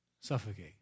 suffocate